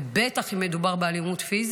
בין אם היא מילולית, ובטח אם מדובר באלימות פיזית.